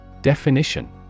Definition